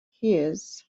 his